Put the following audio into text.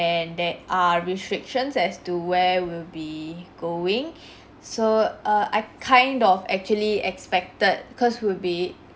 and there are restrictions as to where we'll be going so err I kind of actually expected cause we will be